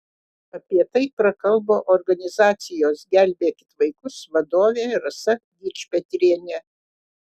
apie tai prakalbo organizacijos gelbėkit vaikus vadovė rasa dičpetrienė